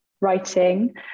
writing